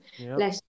less